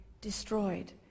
destroyed